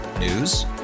News